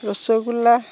rasgulla